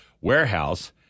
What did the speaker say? warehouse